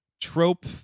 trope